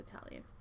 Italian